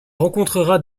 rencontrera